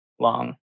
long